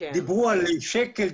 דיברו על שקל,